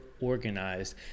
organized